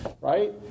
right